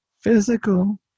physical